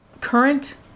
current